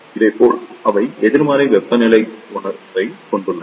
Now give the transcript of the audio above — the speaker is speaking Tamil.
இதேபோல் அவை எதிர்மறை வெப்பநிலை குணகத்தைக் கொண்டுள்ளன